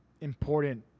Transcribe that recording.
important